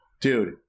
dude